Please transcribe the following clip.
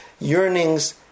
yearnings